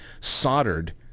soldered